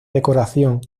decoración